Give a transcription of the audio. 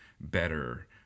better